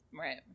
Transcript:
right